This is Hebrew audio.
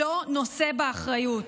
לא נושא באחריות,